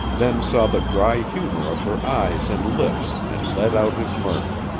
then saw the dry humor of her eyes and lips and let out his mirth.